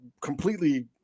completely